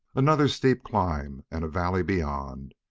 another steep climb and a valley beyond,